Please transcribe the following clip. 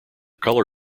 color